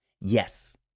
Yes